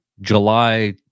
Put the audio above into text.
July